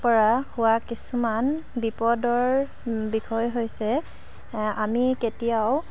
পৰা হোৱা কিছুমান বিপদৰ বিষয় হৈছে আমি কেতিয়াও